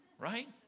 right